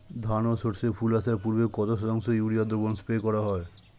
ধান ও সর্ষে ফুল আসার পূর্বে কত শতাংশ ইউরিয়া দ্রবণ স্প্রে করা হয়?